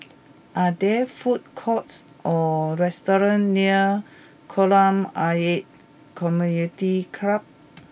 are there food courts or restaurants near Kolam Ayer Community Club